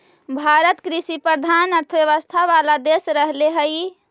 भारत कृषिप्रधान अर्थव्यवस्था वाला देश रहले हइ